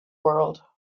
world